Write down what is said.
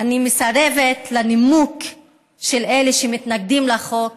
אני מסרבת לנימוק של אלה שמתנגדים לחוק,